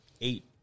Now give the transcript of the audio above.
eight